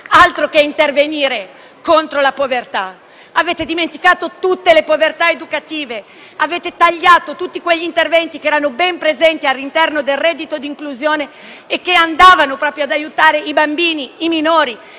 Altro che interventi contro la povertà! Avete dimenticato tutte le povertà educative; avete tagliato tutti quegli interventi, ben presenti all'interno del reddito di inclusione che andavano ad aiutare proprio i bambini, i minori